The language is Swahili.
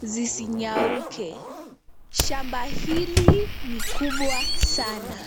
zisinyauke. Shamba hili ni kubwa sana.